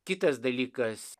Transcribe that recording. kitas dalykas